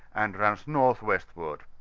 and runs north westward.